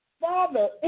Father